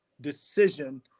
decision